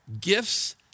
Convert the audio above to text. gifts